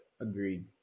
Agreed